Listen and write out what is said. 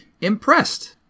impressed